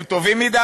הם טובים מדי.